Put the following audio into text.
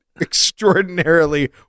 extraordinarily